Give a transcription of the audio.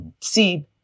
see